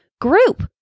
group